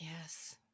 Yes